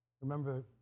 Remember